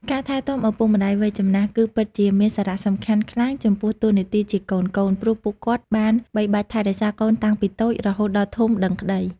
ការថែទំាឳពុកម្តាយវ័យចំណាស់គឺពិតជាមានសារៈសំខាន់ខ្លាំងចំពោះតួនាទីជាកូនៗ ព្រោះពួកគាត់បានបីបាច់ថែរក្សាកូនតាំងពីតូចរហូតដល់ធំដឹងក្តី។